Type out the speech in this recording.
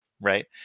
right